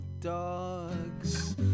dogs